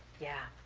yeah.